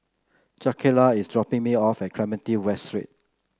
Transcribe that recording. Jakayla is dropping me off at Clementi West Street